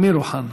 אמיר אוחנה,